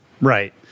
Right